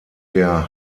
der